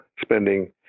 spending